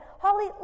Holly